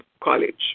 College